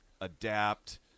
adapt